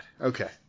okay